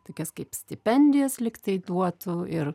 tokias kaip stipendijas lyg tai duotų ir